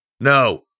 No